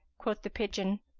quoth the pigeon,